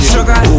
Sugar